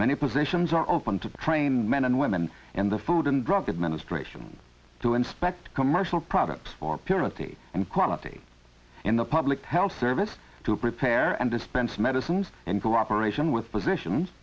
many positions are open to training men and women in the food and drug administration to inspect commercial products for purity and quality in the public health service to prepare and dispense medicines and cooperation with physicians